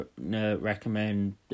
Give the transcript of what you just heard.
recommend